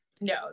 no